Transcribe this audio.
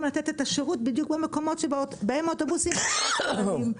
לתת את השירות בדיוק במקומות שבהם האוטובוסים לא פועלים.